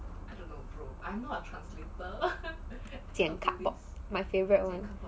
剪 cardboard my favourite